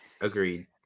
Agreed